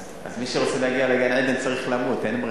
אז מי שרוצה להגיע לגן-עדן צריך למות, אין ברירה.